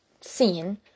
seen